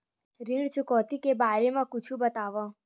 ऋण चुकौती के बारे मा कुछु बतावव?